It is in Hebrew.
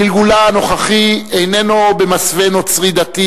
גלגולה הנוכחי איננו במסווה נוצרי-דתי